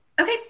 Okay